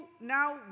now